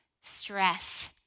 stress